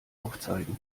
aufzeigen